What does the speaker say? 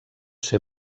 ser